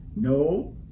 No